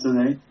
today